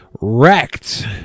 Wrecked